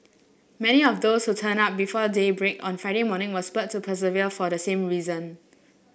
many of those who turned up before daybreak on Friday morning were spurred to persevere for the same reason